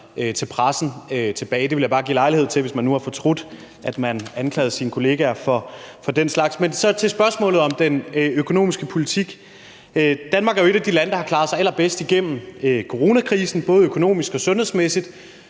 til pressen, tilbage. Det vil jeg bare give ham lejlighed til, hvis han nu har fortrudt, at han anklagede sine kollegaer for den slags. Men jeg har et spørgsmål om den økonomiske politik. Danmark er et af de lande, der både økonomisk og sundhedsmæssigt